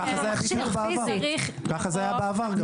ככה בדיוק זה היה בעבר.